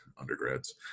undergrads